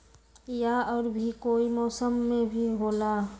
या और भी कोई मौसम मे भी होला?